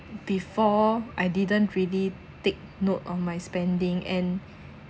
before I didn't really take note on my spending and